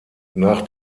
nach